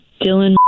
Dylan